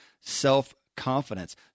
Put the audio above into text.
self-confidence